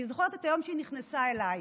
אני זוכרת את היום שהיא נכנסה אליי.